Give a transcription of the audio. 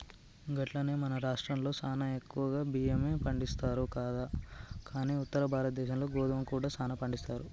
గట్లనే మన రాష్ట్రంలో సానా ఎక్కువగా బియ్యమే పండిస్తారు కదా కానీ ఉత్తర భారతదేశంలో గోధుమ కూడా సానా పండిస్తారు